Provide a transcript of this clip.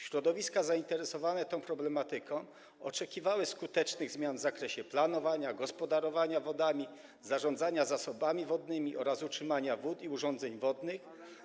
Środowiska zainteresowane tą problematyką oczekiwały skutecznych zmian w zakresie planowania, gospodarowania wodami, zarządzania zasobami wodnymi oraz utrzymania wód i urządzeń wodnych.